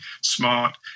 smart